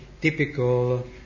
typical